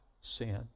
sin